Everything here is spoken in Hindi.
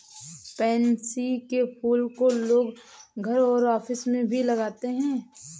पैन्सी के फूल को लोग घर और ऑफिस में भी लगाते है